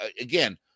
again